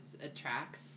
attracts